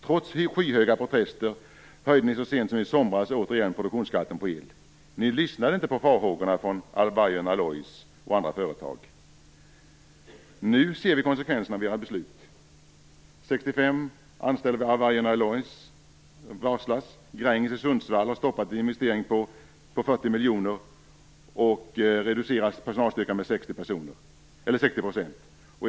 Trots skyhöga protester höjde ni så sent som i sommar produktionsskatten på el. Ni lyssnar inte på farhågorna från Vargön Alloys och andra företag. Nu ser vi konsekvenserna av era beslut. 65 anställda vid Vargön Alloys varslas. Gränges i Sundsvall har stoppat en investering för 40 miljoner och reducerar personalstyrkan med 60 personer.